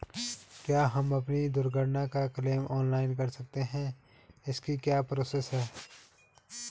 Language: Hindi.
क्या हम अपनी दुर्घटना का क्लेम ऑनलाइन कर सकते हैं इसकी क्या प्रोसेस है?